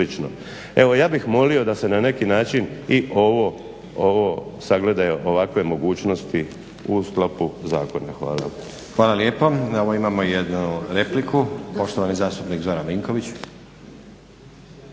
Evo ja bih molio da se na neki način i ovo sagledaju ovakve mogućnosti u sklopu zakona. Hvala. **Stazić, Nenad (SDP)** Hvala lijepo. Na ovo imamo jednu repliku poštovani zastupnik Zoran Vinković.